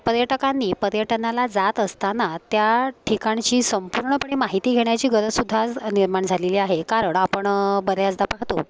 पर्यटकांनी पर्यटनाला जात असताना त्या ठिकाणची संपूर्णपणे माहिती घेण्याची गरजसुद्धा आज निर्माण झालेली आहे कारण आपण बऱ्याचदा पाहतो